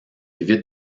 évitent